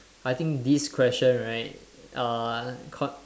I think this question right uh cause